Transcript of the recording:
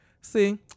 See